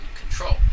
control